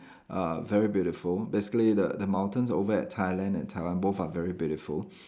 uh very beautiful basically the the mountains over at Thailand and Taiwan both are very beautiful